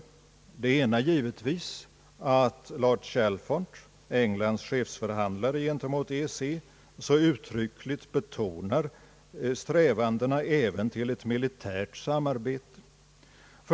Det ena är givetvis att lord Chalfont, Englands chefsförhandlare gentemot EEC, så uttryckligen betonar strävandena även till ett militärt samarbete.